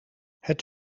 het